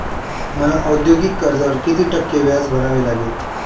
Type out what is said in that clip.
मला औद्योगिक कर्जावर किती टक्के व्याज भरावे लागेल?